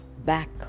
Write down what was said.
back